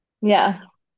Yes